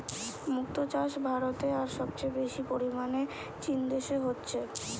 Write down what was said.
মুক্তো চাষ ভারতে আর সবচেয়ে বেশি পরিমাণে চীন দেশে হচ্ছে